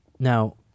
Now